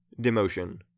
demotion